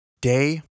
Day